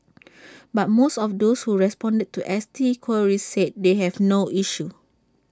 but most of those who responded to S T queries said they have no issue